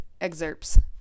excerpts